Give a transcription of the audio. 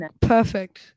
perfect